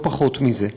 לא פחות מזה.